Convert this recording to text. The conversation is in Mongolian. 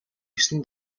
есөн